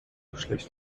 schlecht